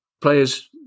players